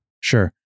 Sure